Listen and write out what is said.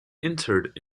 interred